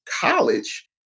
college